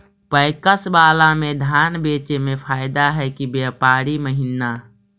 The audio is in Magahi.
पैकस बाला में धान बेचे मे फायदा है कि व्यापारी महिना?